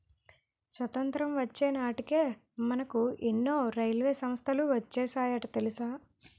స్వతంత్రం వచ్చే నాటికే మనకు ఎన్నో రైల్వే సంస్థలు వచ్చేసాయట తెలుసా